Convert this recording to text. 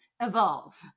evolve